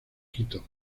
quito